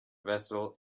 vessel